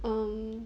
um